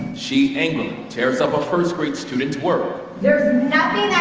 she angrily tears up a first grade student's work. there's